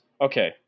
okay